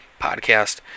podcast